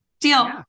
Deal